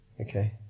Okay